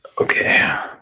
Okay